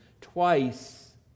twice